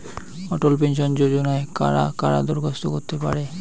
অটল pension যোজনায় কারা কারা দরখাস্ত করতে পারে?